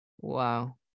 wow